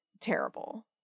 terrible